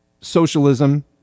socialism